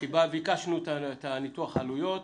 ביקשנו את ניתוח העלויות.